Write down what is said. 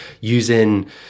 using